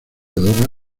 adora